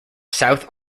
south